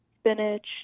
spinach